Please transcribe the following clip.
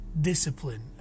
discipline